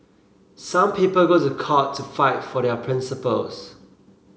some people go to court to fight for their principles